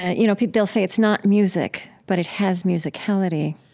ah you know, they'll say it's not music but it has musicality